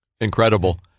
Incredible